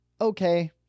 okay